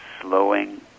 slowing